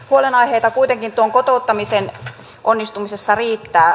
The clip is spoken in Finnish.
huolenaiheita kuitenkin tuon kotouttamisen onnistumisessa riittää